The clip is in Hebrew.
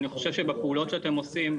בפעולות שאתם עושים,